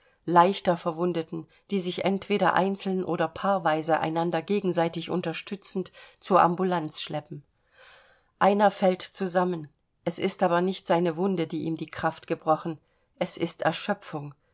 leichter verwundeten die sich entweder einzeln oder paarweise ein ander gegenseitig unterstützend zur ambulance schleppen einer fällt zusammen es ist aber nicht seine wunde die ihm die kraft gebrochen es ist erschöpfung